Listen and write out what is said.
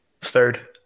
third